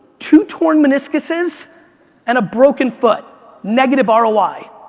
two torn meniscuses and a broken foot. negative ah roi.